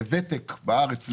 ותק בארץ לעולים,